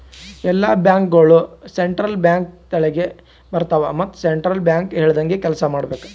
ಎಲ್ಲಾ ಬ್ಯಾಂಕ್ಗೋಳು central bank ತೆಳಗೆ ಬರ್ತಾವ ಮತ್ ಸೆಂಟ್ರಲ್ ಬ್ಯಾಂಕ್ ಹೇಳ್ದಂಗೆ ಕೆಲ್ಸಾ ಮಾಡ್ಬೇಕ್